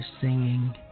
Singing